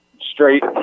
straight